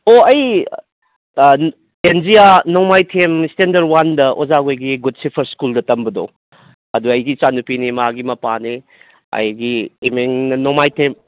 ꯑꯣ ꯑꯩ ꯑꯦꯟꯖꯤꯌꯥ ꯅꯣꯡꯃꯥꯏꯊꯦꯝ ꯏꯁꯇꯦꯟꯗꯔ ꯋꯥꯟꯗ ꯑꯣꯖꯥꯈꯣꯏꯒꯤ ꯒꯨꯗ ꯁꯦꯐꯔꯗ ꯁ꯭ꯀꯨꯜꯗ ꯇꯝꯕꯗꯣ ꯑꯗꯨꯗ ꯑꯩꯒꯤ ꯏꯆꯥ ꯅꯨꯄꯤꯅꯤ ꯃꯥꯒꯤ ꯃꯄꯥꯅꯦ ꯑꯩꯒꯤ ꯏꯃꯤꯡꯅ ꯅꯣꯡꯃꯥꯏꯊꯦꯝ